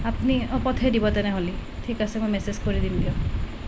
আপুনি অঁ পঠাই দিব তেনেহ'লে ঠিক আছে মই মেচেজ কৰি দিম দিয়ক